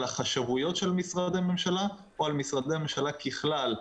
החשבויות של משרדי הממשלה או על משרדי הממשלה ככלל,